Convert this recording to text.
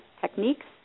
techniques